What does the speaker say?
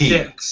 Six